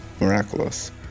miraculous